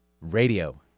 radio